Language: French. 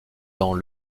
dans